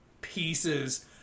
pieces